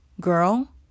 girl